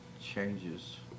changes